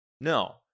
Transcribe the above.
No